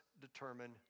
determine